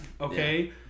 okay